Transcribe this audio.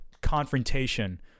confrontation